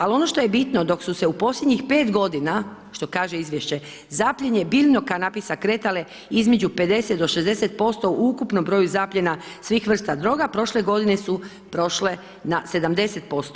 Ali ono što je bitno, dok su se u posljednjih 5 g. što kaže izvješće zaplijene biljnog kanabisa kretale između 50-60% u ukupnom broju zapiljena svih vrsta droga, prošle godine su prošle na 70%